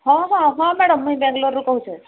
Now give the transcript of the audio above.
ହଁ ହଁ ହଁ ମ୍ୟାଡ଼ାମ୍ ମୁଇଁ ବେଙ୍ଗଲୋରରୁ କହୁଛେ